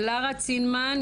ללרה צינמן,